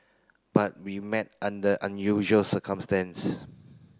but we met under unusual circumstance